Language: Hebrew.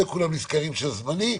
כולם נזכרים שזה זמני,